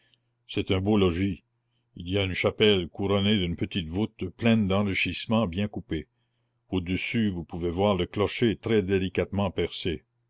c'est un beau logis il y a une chapelle couronnée d'une petite voûte pleine d'enrichissements bien coupés au-dessus vous pouvez voir le clocher très délicatement percé